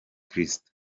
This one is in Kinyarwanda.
kristo